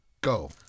go